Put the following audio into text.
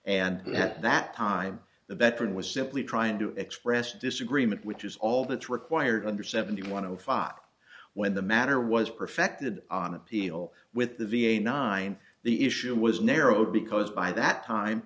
and that that time the veteran was simply trying to express disagreement which is all that's required under seventy want to follow when the matter was perfected on appeal with the v a nine the issue was narrowed because by that time